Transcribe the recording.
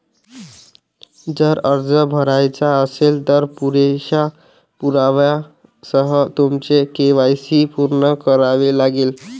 जर अर्ज भरायचा असेल, तर पुरेशा पुराव्यासह तुमचे के.वाय.सी पूर्ण करावे लागेल